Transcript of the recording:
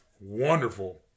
wonderful